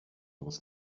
was